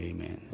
Amen